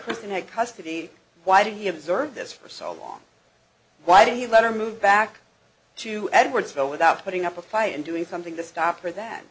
person had custody why did he observe this for so long why did he let her move back to edwardsville without putting up a fight and doing something to stop her th